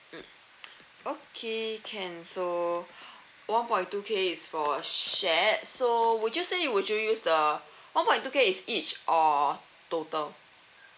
mm okay can so one point two K is for shared so would you say would you use the one point two K is each or total